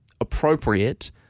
appropriate